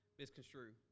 misconstrue